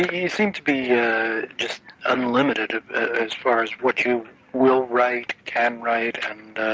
you seem to be just unlimited as far as what you will write, can write, and